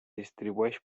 distribueix